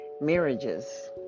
marriages